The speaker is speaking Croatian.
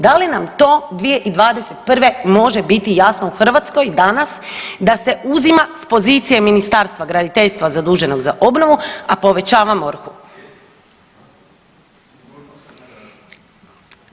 Da li nam to 2021. može biti jasno u Hrvatskoj danas, da se uzima s pozicije Ministarstva graditeljstva zaduženog za obnovu, a povećavamo MORH-u.